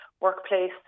workplace